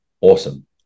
awesome